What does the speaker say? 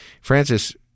Francis